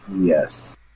Yes